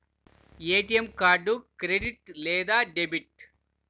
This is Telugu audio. ఏ.టీ.ఎం కార్డు క్రెడిట్ లేదా డెబిట్?